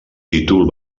títol